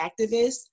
activist